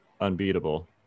unbeatable